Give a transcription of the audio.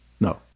No